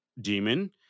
demon